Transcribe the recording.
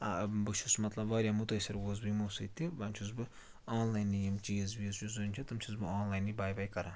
بہٕ چھُس مطلب واریاہ مُتٲثر گوس بہٕ یِمو سۭتۍ تہِ وَنۍ چھُس بہٕ آنلاینٕے یِم چیٖز ویٖز یُس زَن چھِ تِم چھُس بہٕ آنلاینٕے بَے وَے کَران